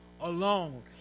alone